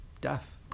death